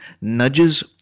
nudges